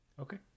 okay